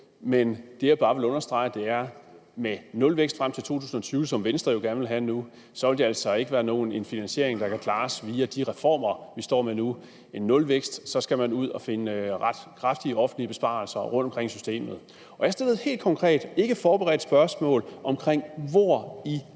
Men det, jeg bare vil understrege, er, at med en nulvækst frem til 2020, som Venstre nu gerne vil have, vil det altså ikke være en finansiering, der kan klares via de reformer, vi står med nu. Med en nulvækst skal man ud og finde ret kraftige offentlige besparelser rundtomkring i systemet. Jeg stillede et helt konkret ikkeforberedt spørgsmål om, hvor Venstre